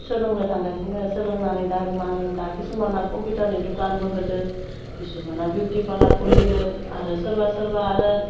सोलोंनो थांगासिनो सोलोंनानै दा मा होनो दा किसुमाना कम्पिटाउरनि दुखानबो होदों किसुमानआ बिउटि पारलार खुलिदों आरो सोरबा सोरबा आरो